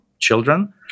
children